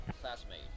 classmate